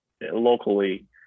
locally